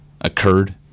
occurred